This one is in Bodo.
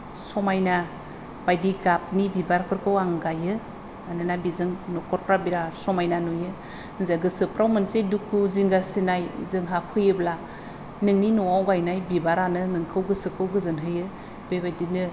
समायना बायदि गाबनि बिबारफोरखौ आं गायो मानोना बेजों न'खरफ्रा बिराद समायना नुयो जे गोसोफ्राव मोनसे दुखु जिंगा सिनाय जोंहा फैयोब्ला नोंनि न'आव गायनाय बिबारानो नोंखौ गोसोखौ गोजोनहोयो बेबायदिनो